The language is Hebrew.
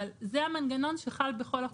אבל זה המנגנון שחל בכל החוקים,